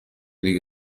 دیگه